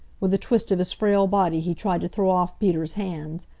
with a twist of his frail body he tried to throw off peter's hands.